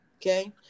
okay